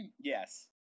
Yes